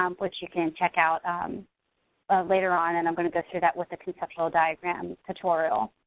um which you can and check out um but later on, and i'm gonna go through that with the conceptual diagram tutorial.